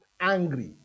angry